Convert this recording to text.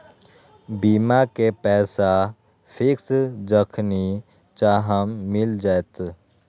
बीमा के पैसा फिक्स जखनि चाहम मिल जाएत?